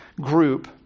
group